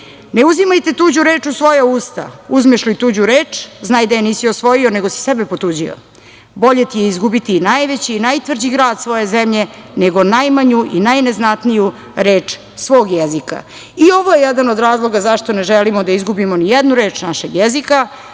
Ne uzimajte tuđu reč u svoja usta. Uzmeš li tuđu reč znaj da je nisi osvojio nego si sebe potuđio. Bolje ti je izgubiti i najveći i najtvrđi grad svoje zemlje, nego najmanju i najneznatniju reč svoj jezika. Ovo je jedan od razloga zašto ne želimo da izgubimo ni jednu reč našeg jezika.